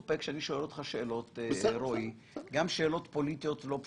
אותך, רועי, שאלות פוליטיות לא פשוטות,